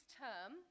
term